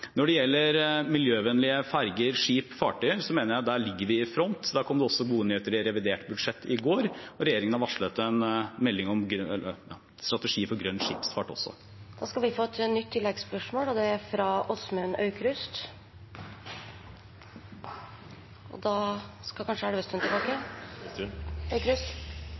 Når det gjelder miljøvennlige ferger, skip, fartøyer, mener jeg at der ligger vi i front. Der kom det også gode nyheter i revidert budsjett i går – og regjeringen har også varslet en melding om strategi for grønn skipsfart. Åsmund Aukrust – til oppfølgingsspørsmål. Mitt spørsmål går til klimaministeren – og